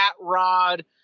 rod